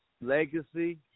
legacy